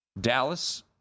Dallas